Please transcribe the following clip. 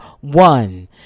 One